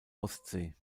ostsee